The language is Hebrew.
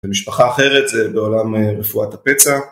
במשפחה אחרת זה בעולם רפואת הפצע.